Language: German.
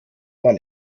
man